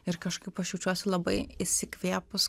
ir kažkaip aš jaučiuosi labai įsikvėpus